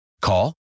Call